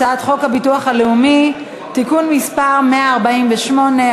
הצעת חוק הביטוח הלאומי (תיקון מס' 148),